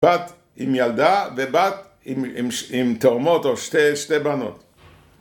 בת עם ילדה ובת עם תורמות או שתי בנות